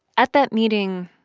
at that meeting,